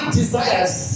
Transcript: desires